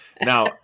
now